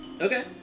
Okay